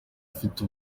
ufite